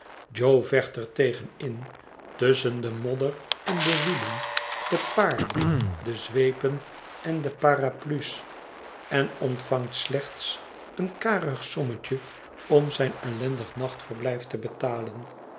jo vecht er tegen in tusschen de modder en de wielen de paarden de zweepen en de paraplu's en ontvangt slecht een karig sommetje om zijn ellendig nachtverblijf te betalen